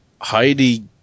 Heidi